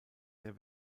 der